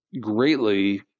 greatly